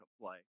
play